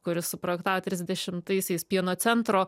kuris suprojektavo trisdešimtaisiais pieno centro